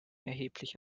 erheblich